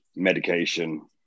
Medication